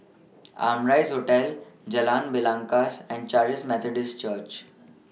Amrise Hotel Jalan Belangkas and Charis Methodist Church